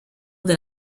that